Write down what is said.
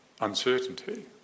uncertainty